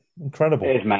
Incredible